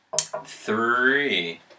three